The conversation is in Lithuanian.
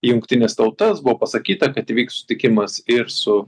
į jungtines tautas buvo pasakyta kad įvyks susitikimas ir su